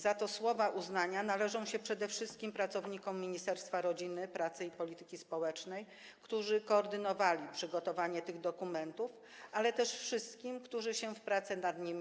Za to słowa uznania należą się przede wszystkim pracownikom Ministerstwa Rodziny, Pracy i Polityki Społecznej, którzy koordynowali przygotowanie tych dokumentów, ale też wszystkim, którzy się włączyli w pracę nad nimi.